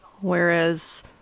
Whereas